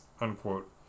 unquote